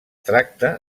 tracta